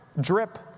drip